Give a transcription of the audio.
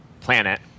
planet